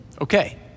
Okay